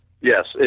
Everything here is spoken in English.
Yes